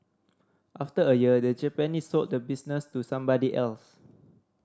after a year the Japanese sold the business to somebody else